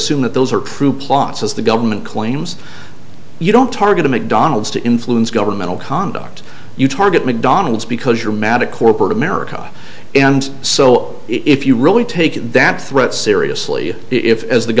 assume that those are true plots as the government claims you don't target a mcdonald's to influence governmental conduct you target mcdonald's because you're mad at corporate america and so if you really take that threat seriously if as the